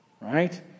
right